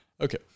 Okay